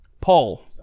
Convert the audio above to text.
Paul